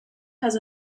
has